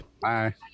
Bye